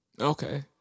Okay